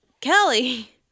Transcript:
Kelly